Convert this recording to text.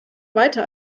weiter